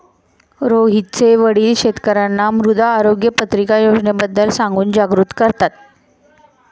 रोहितचे वडील शेतकर्यांना मृदा आरोग्य पत्रिका योजनेबद्दल सांगून जागरूक करतात